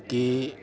की